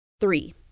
Three